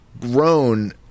grown